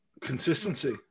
Consistency